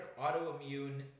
autoimmune